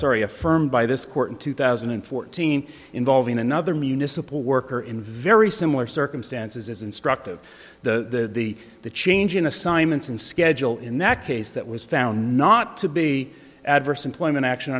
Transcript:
sorry affirmed by this court in two thousand and fourteen involving another municipal worker in very similar circumstances as instructive the the the change in assignments and schedule in that case that was found not to be adverse employment action